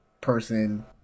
person